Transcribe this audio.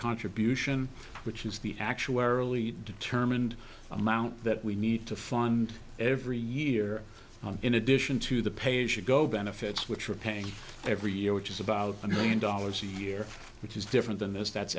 contribution which is the actuarily determined amount that we need to fund every a year in addition to the page should go benefits which are paying every year which is about a million dollars a year which is different than this that's